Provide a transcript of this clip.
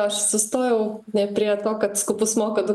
aš sustojau ne prie to kad skupus moka du